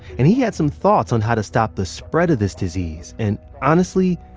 and he had some thoughts on how to stop the spread of this disease. and honestly,